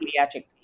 pediatric